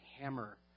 hammer